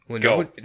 Go